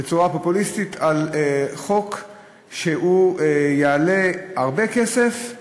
בצורה פופוליסטית, בחוק שיעלה הרבה כסף,